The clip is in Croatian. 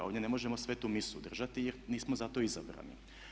Ovdje ne možemo svetu misu držati jer nismo za to izabrani.